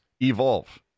evolve